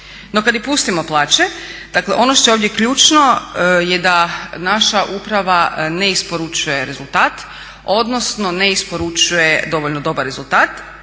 No, kad i pustimo plaće, dakle ono što je ovdje ključno je da naša uprava ne isporučuje rezultat, odnosno ne isporučuje dovoljno dobar rezultat